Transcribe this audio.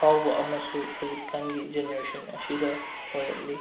ꯑꯐꯥꯎꯕ ꯑꯃꯁꯨ ꯍꯧꯖꯤꯛ ꯀꯥꯟꯒꯤ ꯖꯦꯅꯦꯔꯦꯁꯟ ꯑꯁꯤꯗ ꯑꯣꯏꯔꯛꯂꯤ